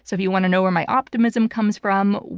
so if you want to know where my optimism comes from,